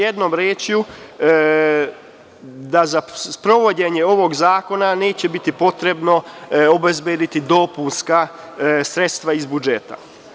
Jednom rečju, to znači da za sprovođenje ovog zakona neće biti potrebno obezbediti dopunska sredstva iz budžeta.